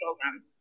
program